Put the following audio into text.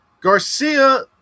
Garcia